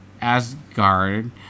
Asgard